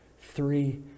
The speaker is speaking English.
Three